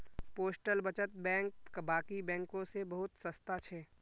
postal बचत bank बाकी बैंकों से बहुत सस्ता छे